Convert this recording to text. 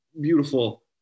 beautiful